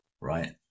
right